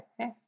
Okay